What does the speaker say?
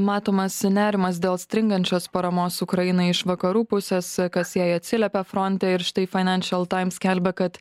matomas nerimas dėl stringančios paramos ukrainai iš vakarų pusės kas jai atsiliepia fronte ir štai fainanšial taims skelbia kad